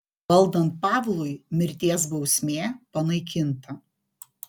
valdant pavlui mirties bausmė panaikinta